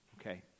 okay